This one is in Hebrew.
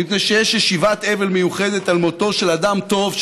מפני שיש ישיבת אבל מיוחדת על מותו של אדם טוב,